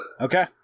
Okay